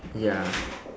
ya